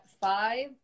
five